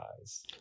eyes